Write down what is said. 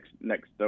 next